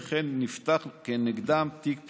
וכן נפתח כנגדם תיק פלילי.